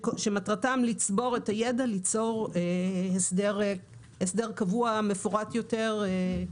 שמטרתם לצבור ידע ליצור הסדר קבוע, ומפורט יותר.